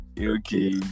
Okay